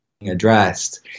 addressed